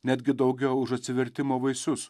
netgi daugiau už atsivertimo vaisius